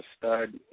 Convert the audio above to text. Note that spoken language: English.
stud